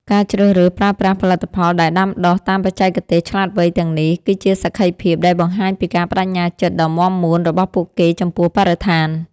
ការជ្រើសរើសប្រើប្រាស់ផលិតផលដែលដាំដុះតាមបច្ចេកទេសឆ្លាតវៃទាំងនេះ គឺជាសក្ខីភាពដែលបង្ហាញពីការប្ដេជ្ញាចិត្តដ៏មាំមួនរបស់ពួកគេចំពោះបរិស្ថាន។